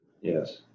yes